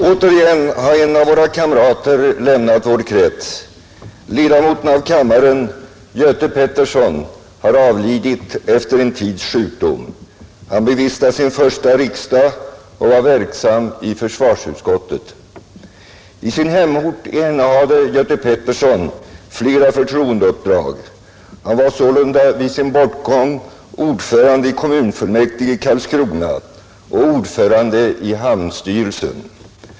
Återigen har en av våra kamrater lämnat vår krets. Ledamoten av kammaren Göte Peterson har avlidit efter en tids sjukdom. Han bevistade sin första riksdag och var verksam i försvarsutskottet. I sin hemort innehade Göte Peterson flera förtroendeuppdrag. Han var sålunda vid sin bortgång ordförande i kommunfullmäktige i Karlskrona och ordförande i hamnstyrelsen.